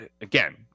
again